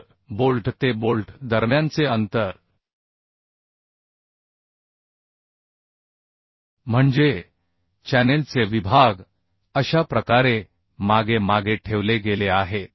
तर बोल्ट ते बोल्ट दरम्यानचे अंतर म्हणजे चॅनेलचे विभाग अशा प्रकारे मागे मागे ठेवले गेले आहेत